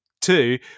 two